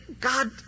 God